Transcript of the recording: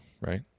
right